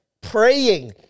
praying